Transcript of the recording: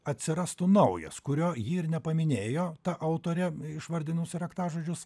atsirastų naujas kurio ji ir nepaminėjo autorė išvardinusi raktažodžius